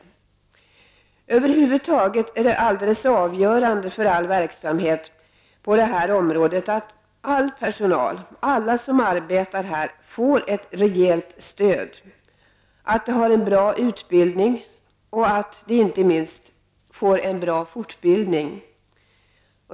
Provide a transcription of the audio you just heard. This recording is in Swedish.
Det är över huvud taget alldeles avgörande för all verksamhet på det här området att den personal som arbetar inom detta område får ett rejält stöd i sitt arbete, att de har en bra utbildning och att de, inte minst, får en bra fortbildning.